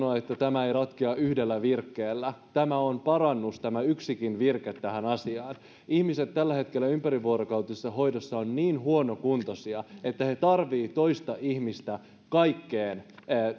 tämä ei ratkea yhdellä virkkeellä tämä on parannus tämä yksikin virke tähän asiaan tällä hetkellä ihmiset ympärivuorokautisessa hoidossa ovat niin huonokuntoisia että he tarvitsevat toista ihmistä kaikkeen